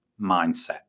mindset